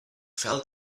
fell